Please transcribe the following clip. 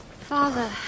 Father